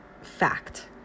fact